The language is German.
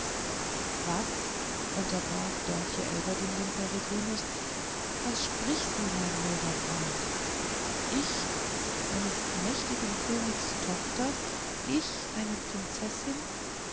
was unterbrach dörtje elverdink den peregrinus was sprichst du mein holder freund ich eines mächtigen königs tochter ich eine prinzessin